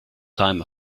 time